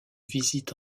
visite